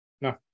No